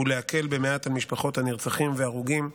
ולהקל במעט על משפחות הנרצחים וההרוגים.